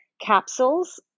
capsules